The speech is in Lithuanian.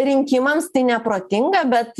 rinkimams tai neprotinga bet